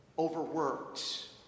overworked